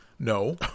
No